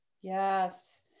Yes